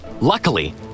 Luckily